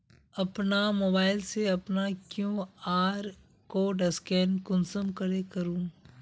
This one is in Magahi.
अपना मोबाईल से अपना कियु.आर कोड स्कैन कुंसम करे करूम?